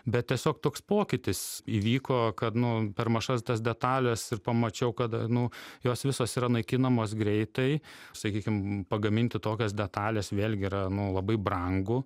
bet tiesiog toks pokytis įvyko kad nu per mažas tas detales ir pamačiau kad nu jos visos yra naikinamos greitai sakykime pagaminti tokios detalės vėlgi yra labai brangu